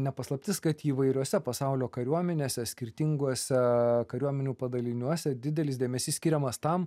ne paslaptis kad įvairiose pasaulio kariuomenėse skirtinguose kariuomenių padaliniuose didelis dėmesys skiriamas tam